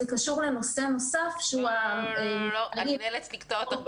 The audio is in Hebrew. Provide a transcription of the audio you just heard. זה קשור לנושא נוסף --- אני נאלצת לקטוע אותך.